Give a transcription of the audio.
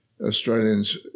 Australians